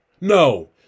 No